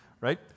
right